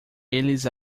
eles